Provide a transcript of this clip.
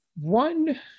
one